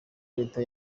leta